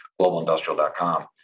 globalindustrial.com